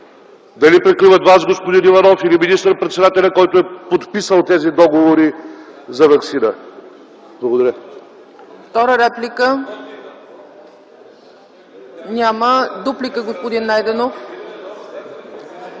Дали прикриват Вас, господин Иванов, или министър-председателя, който е подписал тези договори за ваксина? Благодаря.